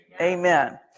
Amen